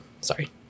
Sorry